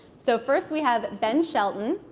so first we have ben shelton.